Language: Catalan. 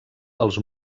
els